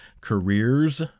careers